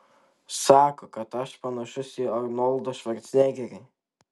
sako kad aš panašus į arnoldą švarcnegerį